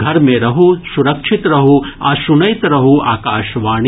घर मे रहू सुरक्षित रहू आ सुनैत रहू आकाशवाणी